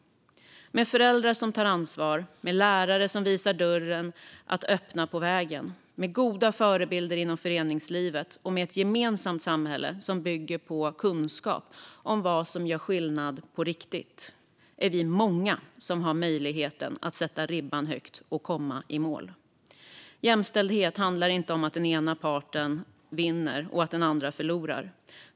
Med föräldrar som tar ansvar, med lärare som visar dörrar att öppna på vägen, med goda förebilder inom föreningslivet och med ett gemensamt samhälle som bygger på kunskap om vad som gör skillnad på riktigt är vi många som har möjlighet att sätta ribban högt och komma i mål. Jämställdhet handlar inte om att den ena parten vinner och att den andra förlorar.